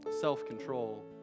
self-control